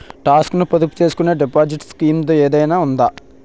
Talks ను పొదుపు చేసుకునే డిపాజిట్ స్కీం ఏదైనా ఉందా?